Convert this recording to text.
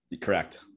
Correct